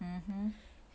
mmhmm